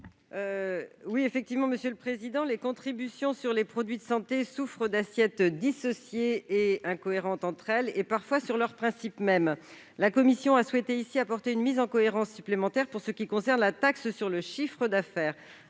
parole est à Mme la rapporteure générale. Les contributions sur les produits de santé souffrent d'assiettes dissociées et incohérentes entre elles, parfois dans leur principe même. La commission a souhaité apporter une mise en cohérence supplémentaire pour ce qui concerne la taxe sur le chiffre d'affaires.